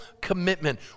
commitment